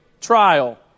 trial